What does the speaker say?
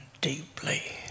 deeply